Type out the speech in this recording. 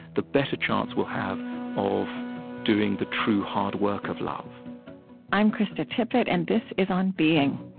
the better chance we'll have of doing the true hard work of love i'm krista tippett, and this is on being